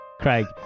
Craig